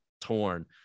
torn